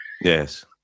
Yes